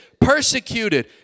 persecuted